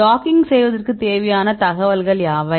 docking செய்வதற்கு தேவையான தகவல்கள் யாவை